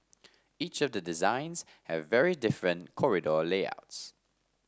each of the designs have very different corridor layouts